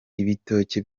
ibitoki